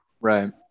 Right